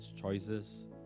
choices